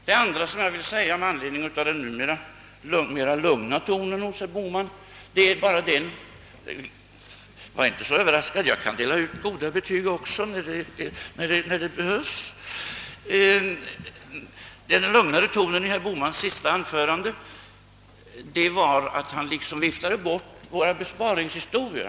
Det andra jag vill säga i anledning av den nu mera lugna tonen i herr Bohmans tal — var inte så överraskad, herr Bohman; jag kan också dela ut goda betyg, när detta är befogat! — är att herr Bohman liksom viftade bort vårt besparingsresonemang.